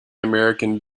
american